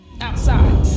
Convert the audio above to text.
outside